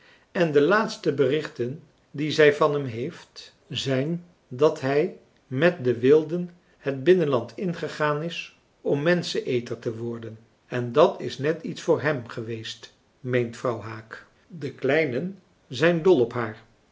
en de laatste berichten die zij van hem heeft zijn dat hij met de wilden het binnenland ingegaan is om menscheneter te worden en dat is net iets voor hèm geweest meent vrouw haak de kleinen zijn dol op haar